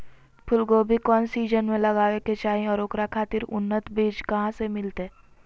फूलगोभी कौन सीजन में लगावे के चाही और ओकरा खातिर उन्नत बिज कहा से मिलते?